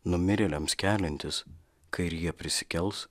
numirėliams keliantis kai ir jie prisikels